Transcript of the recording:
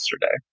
yesterday